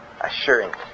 assurance